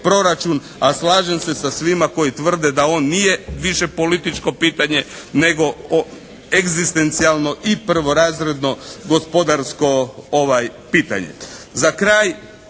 a slažem se sa svima koji tvrde da on nije više političko pitanje, nego egzistencijalno i prvorazredno gospodarsko pitanje.